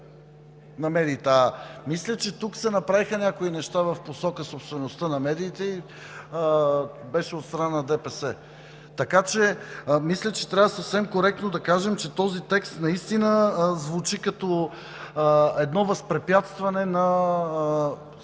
Мисля, че тук се направиха някои неща в посока собствеността на медиите – беше от страна на ДПС. Така че мисля, че трябва съвсем коректно да кажем, че този текст наистина звучи като едно възпрепятстване на конкретната,